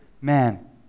man